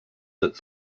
that